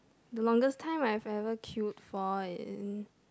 the longest time I've ever queued for in